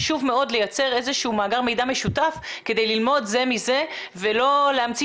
חשוב מאוד לייצר איזשהו מאגר מידע משותף כדי ללמוד זה מזה ולא להמציא